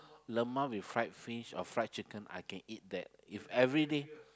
lemak with fried fish or fried chicken I can eat that if everyday